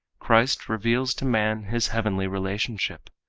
christ reveals to man his heavenly relationship.